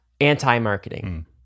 anti-marketing